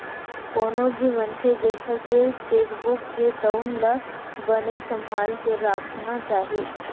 कोनो भी मनखे जेखर तीर चेकबूक हे तउन ला बने सम्हाल के राखना चाही